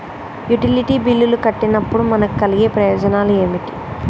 Utility బిల్లులు కట్టినప్పుడు మనకు కలిగే ప్రయోజనాలు ఏమిటి?